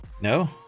No